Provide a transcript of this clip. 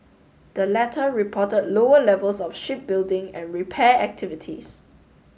the latter reported lower levels of shipbuilding and repair activities